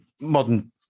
modern